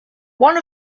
one